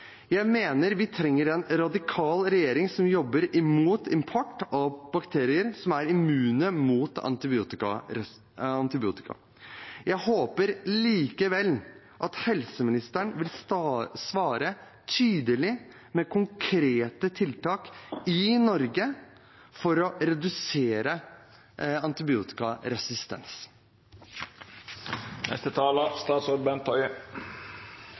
Jeg mener vi trenger en radikal regjering som jobber imot import av bakterier som er immune mot antibiotika. Jeg håper likevel at helseministeren vil svare tydelig med konkrete tiltak i Norge for å redusere forekomsten av antibiotikaresistens.